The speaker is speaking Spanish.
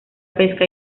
pesca